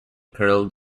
curled